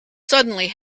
suddenly